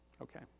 Okay